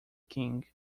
king